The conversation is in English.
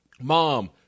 Mom